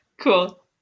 cool